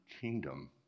kingdom